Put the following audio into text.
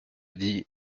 dit